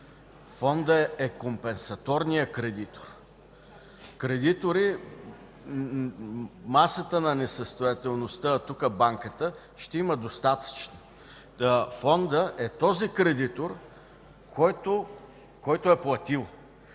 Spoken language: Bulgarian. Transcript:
Фондът е компенсаторният кредитор. Кредитори по масата на несъстоятелността, а тук – банката, ще има достатъчно. Фондът е този кредитор, който е платил.